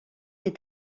est